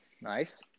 nice